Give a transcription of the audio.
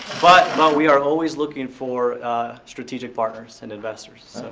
but we are always looking for strategic partners and investors.